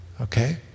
okay